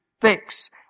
fix